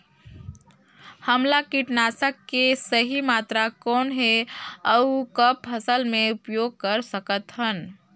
हमला कीटनाशक के सही मात्रा कौन हे अउ कब फसल मे उपयोग कर सकत हन?